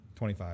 25